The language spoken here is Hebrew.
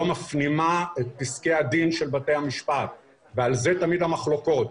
מפנימה את פסקי הדין של בתי המשפט ועל זה תמיד המחלוקות.